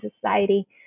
society